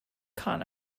con